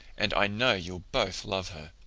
and i know you'll both love her.